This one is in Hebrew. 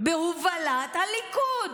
בהובלת הליכוד,